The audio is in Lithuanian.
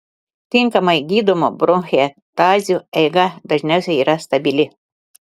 tinkamai gydomų bronchektazių eiga dažniausiai yra stabili